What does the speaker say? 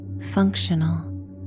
functional